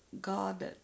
God